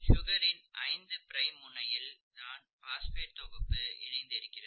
சுகரின் ஐந்து ப்ரைம் முனையில் தான் பாஸ்பேட் தொகுப்பு இணைந்திருக்கிறது